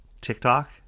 TikTok